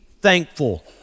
thankful